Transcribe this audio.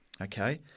Okay